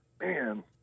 man